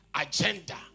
agenda